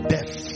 Death